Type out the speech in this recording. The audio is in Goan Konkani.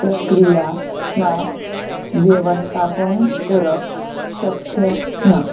प्रक्रिया वा वेवस्थापन करप शक्य ना